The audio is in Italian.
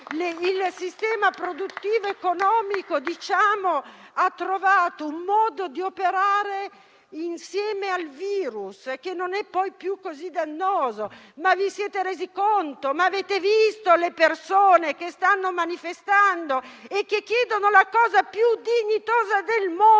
il sistema produttivo ed economico ha trovato un modo di operare insieme al virus, che non è poi più così dannoso? Ma vi siete resi conto? Ma avete visto le persone che stanno manifestando e che chiedono la cosa più dignitosa, più onesta